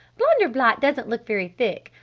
blunder-blot doesn't look very thick.